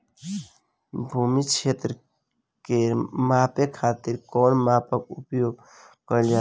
भूमि क्षेत्र के नापे खातिर कौन मानक के उपयोग कइल जाला?